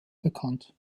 bekannt